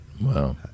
Wow